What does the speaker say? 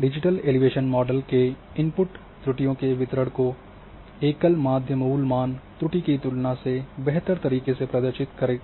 digital elevation model के input की त्रुटियों को दूर करने के लिए भी कर सकते हैं और सटीक सतह डीईएम की त्रुटियों के वितरण को एकल माध्य मूल मान त्रुटि की तुलना में बेहतर तरह से प्रदर्शित करेगी